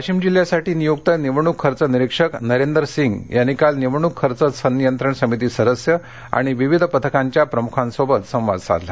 वाशिम जिल्ह्यासाठी नियुक्त निवडणूक खर्च निरीक्षक नरेंदर सिंग यांनी काल निवडणूक खर्च संनियंत्रण समिती सदस्य आणि विविध पथकांच्या प्रमुखांसोबत संवाद साधला